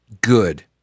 good